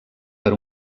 per